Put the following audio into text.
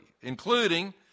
including